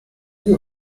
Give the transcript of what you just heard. you